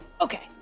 Okay